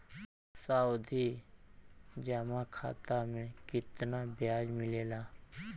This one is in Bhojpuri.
सावधि जमा खाता मे कितना ब्याज मिले ला?